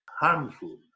harmful